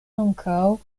ankaŭ